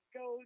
go